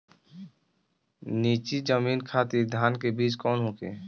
नीची जमीन खातिर धान के बीज कौन होखे?